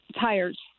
tires